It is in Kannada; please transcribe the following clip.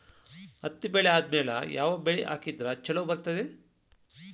ಹತ್ತಿ ಬೆಳೆ ಆದ್ಮೇಲ ಯಾವ ಬೆಳಿ ಹಾಕಿದ್ರ ಛಲೋ ಬರುತ್ತದೆ?